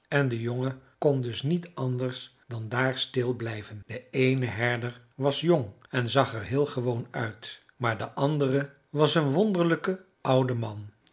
en de jongen kon dus niet anders dan daar stil blijven de eene herder was jong en zag er heel gewoon uit maar de andere was een wonderlijke oude man